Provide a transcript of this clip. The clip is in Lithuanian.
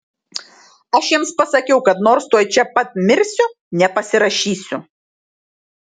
aš jiems pasakiau kad nors tuoj čia pat mirsiu nepasirašysiu